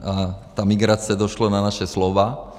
A ta migrace došlo na naše slova.